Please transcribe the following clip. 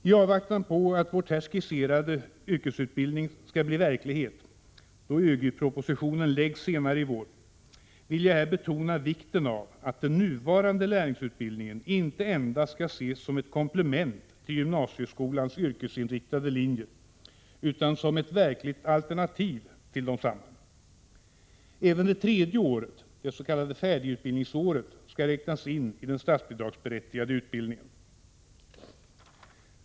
I avvaktan på att vår här skisserade yrkesutbildning skall bli verklighet, då ÖGY-propositionen läggs fram senare i vår, vill jag betona vikten av att den nuvarande lärlingsutbildningen inte endast skall ses som ett komplement till gymnasieskolans yrkesinriktade linjer utan som ett verkligt alternativ till desamma. Även det tredje året, det s.k. färdigutbildningsåret, skall räknas in i den statsbidragsberättigade utbildningen.